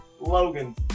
logan